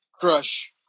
Crush